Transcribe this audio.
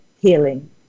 healing